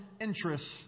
interests